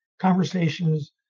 conversations